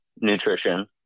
nutrition